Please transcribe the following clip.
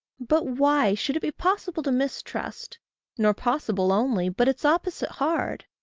but why should it be possible to mistrust nor possible only, but its opposite hard?